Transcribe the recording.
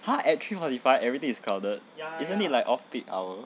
!huh! at three forty five everything is crowded isn't it like off peak hour